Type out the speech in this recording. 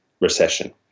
recession